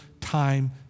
time